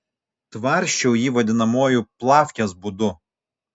tvarsčiau jį vadinamuoju plavkės būdu